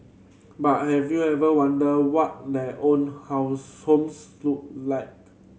but have you ever wondered what their own house homes look like